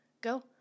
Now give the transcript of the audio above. go